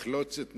יחלוץ את נעליו,